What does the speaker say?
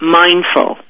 mindful